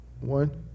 One